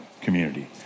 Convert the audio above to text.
community